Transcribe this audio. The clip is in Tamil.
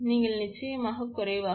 நீங்கள் நிச்சயமாக குறைவாக பெறுவீர்கள்